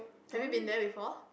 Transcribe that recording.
have you been there before